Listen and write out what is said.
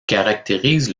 caractérise